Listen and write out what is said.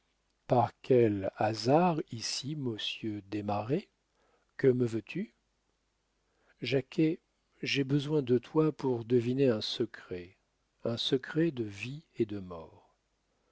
par quel hasard ici mosieur desmarets que me veux-tu jacquet j'ai besoin de toi pour deviner un secret un secret de vie et de mort